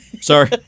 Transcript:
Sorry